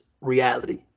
reality